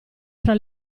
fra